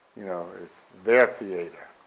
you know, it's their theater.